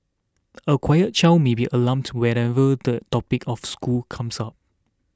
a quiet child may be alarmed to whenever the topic of school comes up